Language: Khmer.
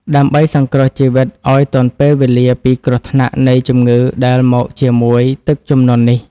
ដើម្បីសង្គ្រោះជីវិតឱ្យទាន់ពេលវេលាពីគ្រោះថ្នាក់នៃជំងឺដែលមកជាមួយទឹកជំនន់នេះ។